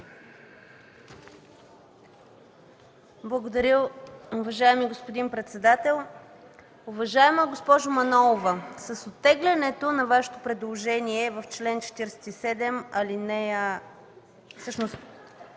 Благодаря, уважаеми господин председател. Уважаема госпожо Манолова, с оттеглянето на Вашето предложение в чл. 47, буква